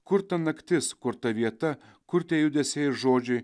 kur ta naktis kur ta vieta kur tie judesiai ir žodžiai